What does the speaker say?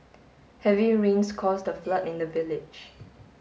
heavy rains caused the flood in the village